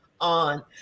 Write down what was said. on